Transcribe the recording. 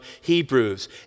Hebrews